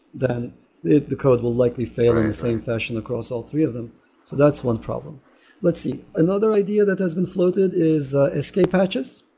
then the code will likely fail in the same fashion across all three of them. so that's one problem let's see, another idea that has been floated is escape hatches.